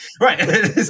Right